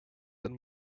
and